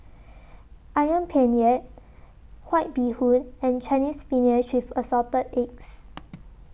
Ayam Penyet White Bee Hoon and Chinese Spinach with Assorted Eggs